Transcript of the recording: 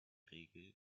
regel